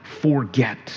forget